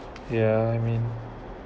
yeah I mean